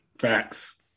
Facts